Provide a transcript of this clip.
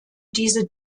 diese